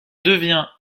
devient